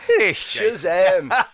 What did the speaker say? shazam